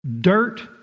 dirt